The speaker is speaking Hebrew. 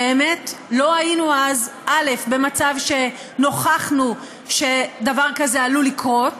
באמת לא היינו אז במצב שנוכחנו שדבר כזה עלול לקרות